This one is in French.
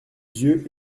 yeux